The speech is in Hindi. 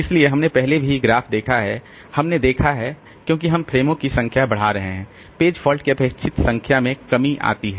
इसलिए हमने पहले भी ग्राफ को देखा है हमने देखा है क्योंकि हम फ़्रेमों की संख्या बढ़ा रहे हैं पेज फॉल्ट की अपेक्षित संख्या में भी कमी आती है